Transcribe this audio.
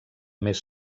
més